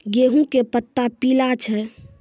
गेहूँ के पत्ता पीला छै?